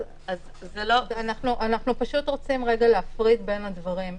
אנחנו פשוט רוצים רגע להפריד בין הדברים.